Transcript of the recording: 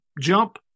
jump